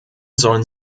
sollen